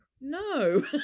No